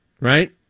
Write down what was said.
Right